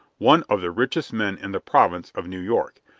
one of the richest men in the province of new york.